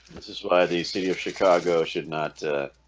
this is why the city of chicago should not